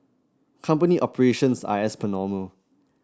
company operations are as per normal